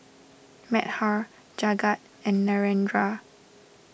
Medha Jagat and Narendra